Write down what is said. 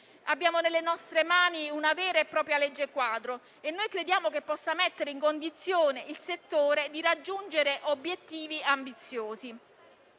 Abbiamo nelle nostre mani una vera e propria legge quadro, che crediamo possa mettere in condizione il settore di raggiungere obiettivi ambiziosi,